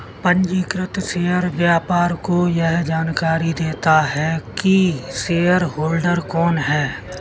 पंजीकृत शेयर व्यापार को यह जानकरी देता है की शेयरहोल्डर कौन है